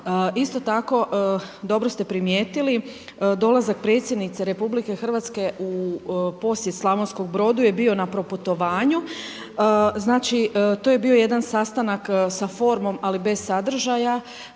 Isto tako dobro ste primijetili, dolazak predsjednice RH u posjet Slavonskom Brodu je bio na proputovanju, znači to je bio jedan sastanak sa formom ali bez sadržaja.